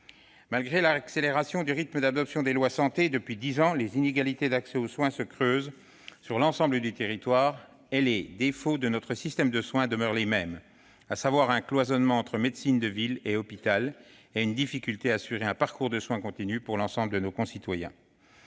Malgré l'accélération du rythme d'adoption des lois relatives à la santé depuis dix ans, les inégalités d'accès aux soins se creusent sur l'ensemble du territoire et les défauts de notre système de soins demeurent les mêmes, à savoir un cloisonnement entre médecine de ville et hôpital et une difficulté à assurer un parcours de soins continu pour l'ensemble de nos concitoyens.